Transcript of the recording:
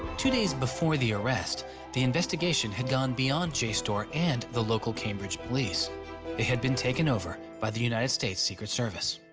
two days before the arrest the investigation had gone beyod jstor and the local cambridge police they had been taken over by the united states secret service.